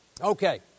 Okay